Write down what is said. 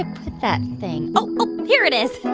ah put that thing? oh, here it is.